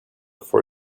for